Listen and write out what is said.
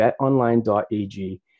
betonline.ag